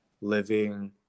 living